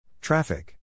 Traffic